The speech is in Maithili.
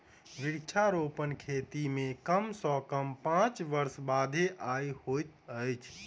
वृक्षारोपण खेती मे कम सॅ कम पांच वर्ष बादे आय होइत अछि